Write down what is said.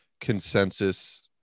consensus